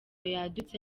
yadutse